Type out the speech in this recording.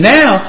now